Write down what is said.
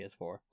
PS4